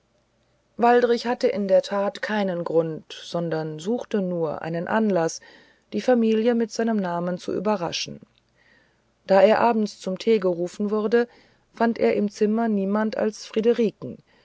waldrich hatte in der tat keinen grund sondern suchte nur einen anlaß die familie mit seinem namen zu überraschen da er abends zum tee gerufen wurde fand er im zimmer niemanden als friederiken